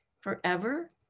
forever